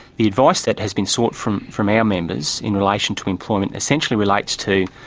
the advice that has been sought from from our members in relation to employment essentially relates to